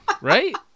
right